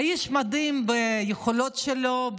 האיש מדהים ביכולות שלו,